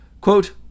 Quote